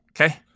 Okay